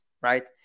right